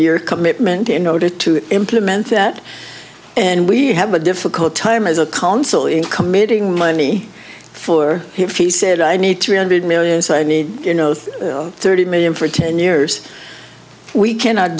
year commitment in order to implement that and we have a difficult time as a consul in committing money for him he said i need three hundred million so i mean you know thirty million for ten years we cannot